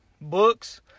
books